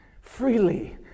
freely